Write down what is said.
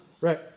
Right